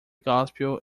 gospel